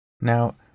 now